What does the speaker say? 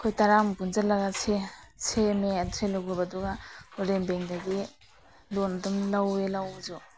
ꯑꯩꯈꯣꯏ ꯇꯔꯥꯃꯨꯛ ꯄꯨꯟꯖꯤꯜꯂꯒ ꯁꯦꯝꯃꯦ ꯁꯦꯜꯞ ꯍꯦꯜꯞ ꯒ꯭ꯔꯨꯞ ꯑꯗꯨꯒ ꯔꯨꯔꯦꯜ ꯕꯦꯡꯗꯒꯤ ꯂꯣꯟ ꯑꯗꯨꯝ ꯂꯧꯋꯦ ꯂꯧꯕꯁꯨ